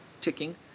ticking